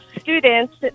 students